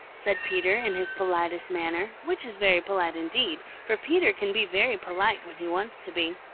said peter in his politest manner, which is very polite indeed, for peter can be very polite when he wants to be.